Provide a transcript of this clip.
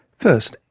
first,